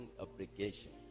obligation